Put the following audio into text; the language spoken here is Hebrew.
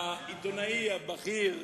העיתונאי הבכיר,